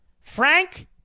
Frank